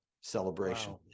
celebration